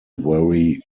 very